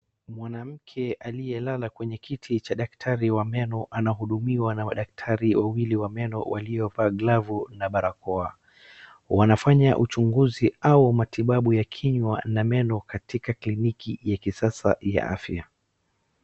Mwanamke aliyelala kwenye kiti cha daktari wa meno anahudumiwa na wadaktari wawili wa meno waliovaa glavu na barakoa. Wanafanya uchunguzi au matibabu ya kinywa na meno katika kliniki ya kisasa ya afya.